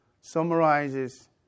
summarizes